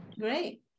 Great